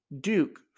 Duke